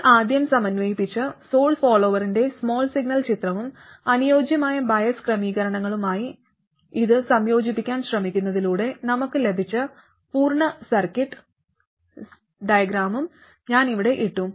നമ്മൾ ആദ്യം സമന്വയിപ്പിച്ച സോഴ്സ് ഫോളോവറിന്റെ സ്മാൾ സിഗ്നൽ ചിത്രവും അനുയോജ്യമായ ബയസ് ക്രമീകരണങ്ങളുമായി ഇത് സംയോജിപ്പിക്കാൻ ശ്രമിക്കുന്നതിലൂടെ നമുക്ക് ലഭിച്ച പൂർണ്ണ സർക്യൂട്ട് ഡയഗ്രാമും ഞാൻ ഇവിടെ ഇട്ടു